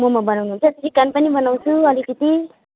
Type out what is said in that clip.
मोमो बनाउनु हुन्छ चिकन पनि बनाउँछु अलिकति